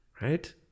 Right